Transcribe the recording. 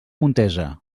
montesa